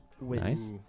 Nice